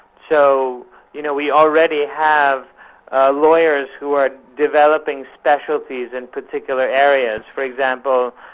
so you know we already have lawyers who are developing specialties in particular areas, for example,